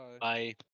bye